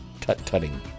tut-tutting